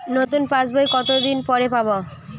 নতুন পাশ বই কত দিন পরে পাবো?